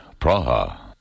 Praha